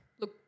Look